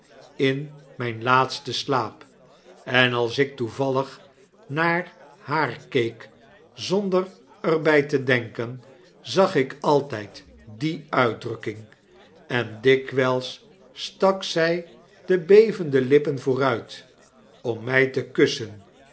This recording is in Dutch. in myn laatsten slaap en als ik toevallig naar haar keek zonder er by te denken zag ik altyd die uitdrukking en dikwijls stak zij de bevende lippen vooruit om mij te kussen